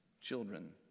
children